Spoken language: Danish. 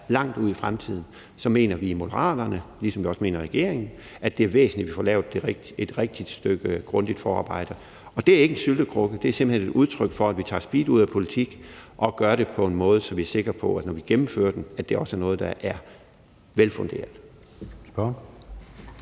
langt ud i fremtiden, mener vi i Moderaterne, ligesom vi også mener i regeringen, at det er væsentligt, at vi får lavet et rigtig grundigt stykke forarbejde. Det er ikke en syltekrukke, det er simpelt hen et udtryk for, at vi tager speed ud af politik og gør det på en måde, så vi er sikre på, at det også, når vi gennemfører det, er noget, der er velfunderet.